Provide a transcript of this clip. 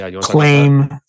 claim